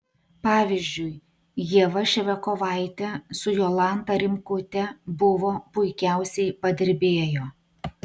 pavyzdžiui ieva ševiakovaitė su jolanta rimkute buvo puikiausiai padirbėjo